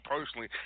personally